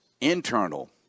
internal